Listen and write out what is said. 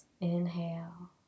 Inhale